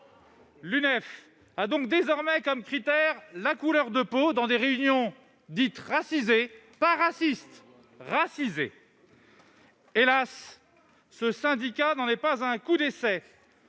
L'UNEF a donc désormais comme critère la couleur de peau dans ces réunions dites « racisées », mais pas « racistes »! Hélas, ce syndicat n'en est pas à un coup d'essai.